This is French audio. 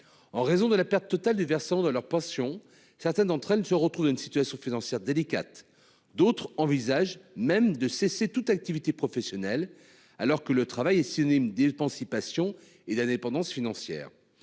En raison de la perte totale des versants de leur pension. Certaines d'entre elles ne se dans une situation financière délicate. D'autres envisagent même de cesser toute activité professionnelle alors que le travail est synonyme dispensé passion et d'indépendance financière.